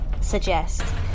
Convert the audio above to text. suggest